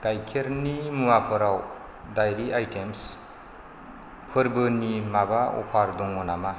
गाइखेरनि मुवाफोराव दायरि आयटेम्स फोरबोनि माबा अफार दङ नामा